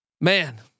man